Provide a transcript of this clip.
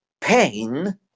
pain